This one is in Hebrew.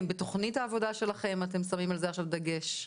אם בתוכנית העבודה שלכם אתם שמים על זה עכשיו דגש.